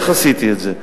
איך עשיתי את זה?